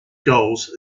goals